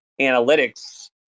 analytics